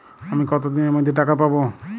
আমি কতদিনের মধ্যে টাকা পাবো?